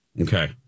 Okay